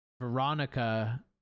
Veronica